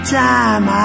time